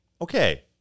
okay